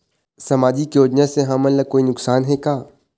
सामाजिक योजना से हमन ला कोई नुकसान हे का?